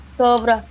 sobra